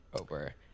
over